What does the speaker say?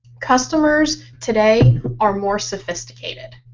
customers today are more sophisticated.